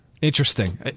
Interesting